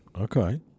Okay